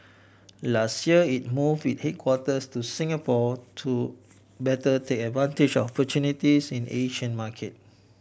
last year it move it headquarters to Singapore to better take advantage of opportunities in Asian market